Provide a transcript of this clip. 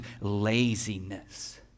laziness